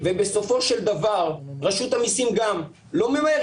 ובסופו של דבר רשות המיסים גם לא ממהרת,